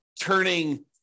turning